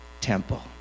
temple